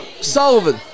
Sullivan